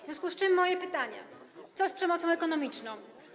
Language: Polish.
W związku z tym moje pytanie: Co z przemocą ekonomiczną?